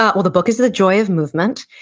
ah well, the book is the joy of movement,